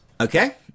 Okay